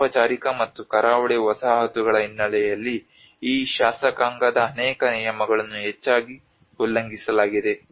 ಅನೌಪಚಾರಿಕ ಮತ್ತು ಕರಾವಳಿ ವಸಾಹತುಗಳ ಹಿನ್ನೆಲೆಯಲ್ಲಿ ಈ ಶಾಸಕಾಂಗದ ಅನೇಕ ನಿಯಮಗಳನ್ನು ಹೆಚ್ಚಾಗಿ ಉಲ್ಲಂಘಿಸಲಾಗಿದೆ